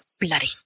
bloody